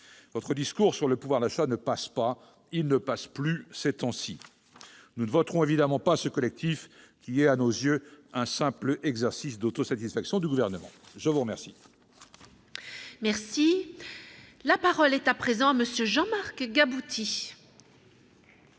Votre discours sur le pouvoir d'achat ne passe pas ! Il ne passe plus, ces temps-ci ! Nous ne voterons évidemment pas ce collectif, qui est, à nos yeux, un simple exercice d'autosatisfaction du Gouvernement. La parole est à M. Jean-Marc Gabouty.